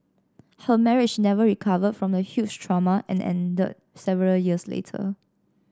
her marriage never recovered from the huge trauma and ended several years later